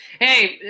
Hey